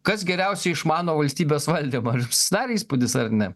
kas geriausiai išmano valstybės valdymą ar jum susidarė įspūdis ar ne